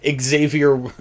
Xavier